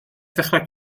ddechrau